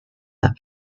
that